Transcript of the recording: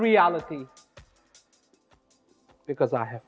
reality because i have